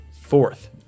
fourth